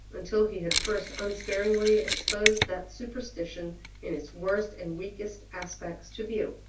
until he had first unsparingly exposed that superstition in its worst and weakest aspects to view.